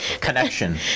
connection